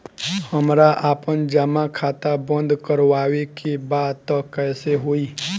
हमरा आपन जमा खाता बंद करवावे के बा त कैसे होई?